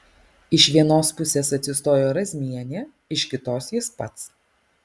iš vienos pusės atsistojo razmienė iš kitos jis pats